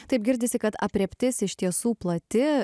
taip girdisi kad aprėptis iš tiesų plati